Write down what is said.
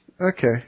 Okay